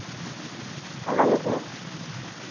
అలాగే సార్